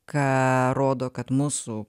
ką rodo kad mūsų